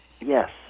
Yes